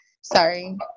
sorry